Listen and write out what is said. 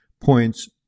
points